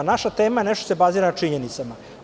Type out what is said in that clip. Naša tema je nešto što se bazira na činjenicama.